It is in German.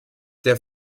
der